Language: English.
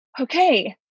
okay